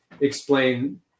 explain